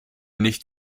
nicht